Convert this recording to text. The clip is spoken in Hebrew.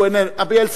אדוני